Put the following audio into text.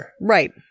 Right